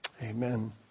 Amen